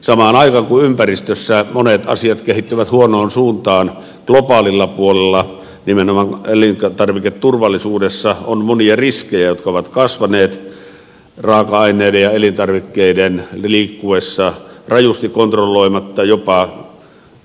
samaan aikaan kun ympäristössä monet asiat kehittyvät huonoon suuntaan globaalilla puolella nimenomaan elintarviketurvallisuudessa on monia riskejä jotka ovat kasvaneet raaka aineiden ja elintarvikkeiden liikkuessa rajusti kontrolloimatta jopa